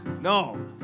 No